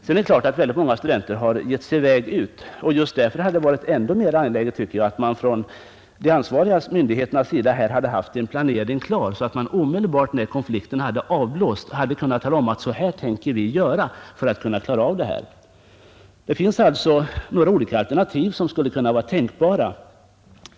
Många studenter har naturligtvis givit sig i väg ut på vikariat, och just därför hade det varit ännu angelägnare att de ansvariga myndigheterna haft en planering färdig, så att man omedelbart när konflikten hade avblåsts hade kunnat tala om att ”så här tänker vi göra för att klara av bristerna”. Det finns några olika alternativ som skulle vara tänkbara.